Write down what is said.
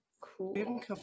Cool